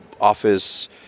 office